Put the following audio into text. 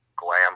glam